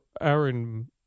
Aaron